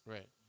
Right